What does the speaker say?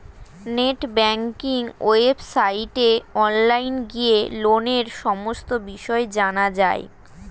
net banking ওয়েবসাইটে online গিয়ে লোনের সমস্ত বিষয় জানা যায়